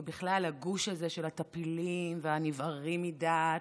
ובכלל הגוש הזה של הטפילים והנבערים מדעת,